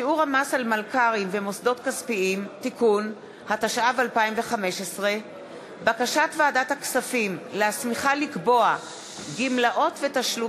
רחל עזריה וזהבה גלאון, הצעת חוק פיקוח על בתי-ספר